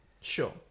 Sure